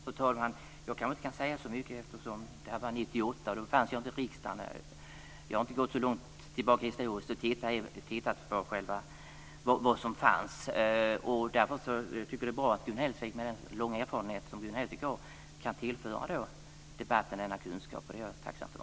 Fru talman! Jag kan inte säga så mycket om det. Det var år 1998, och då fanns jag inte i riksdagen. Jag har inte gått så långt tillbaka historiskt och tittat på vad som fanns. Därför tycker jag att det är bra att Gun Hellsvik, med den långa erfarenhet som Gun Hellsvik har, kan tillföra debatten denna kunskap. Det är jag tacksam för.